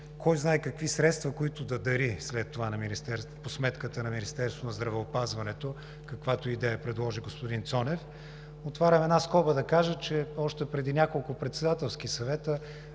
кой знае какви средства, които да дари след това по сметката на Министерството на здравеопазването, каквато идея предложи господин Цонев. Отварям една скоба да кажа, че още преди няколко председателски съвета